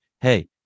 hey